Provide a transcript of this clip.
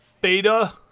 beta